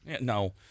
No